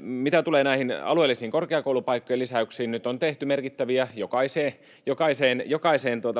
Mitä tulee alueellisiin korkeakoulupaikkojen lisäyksiin, nyt on tehty merkittäviä lisäyksiä.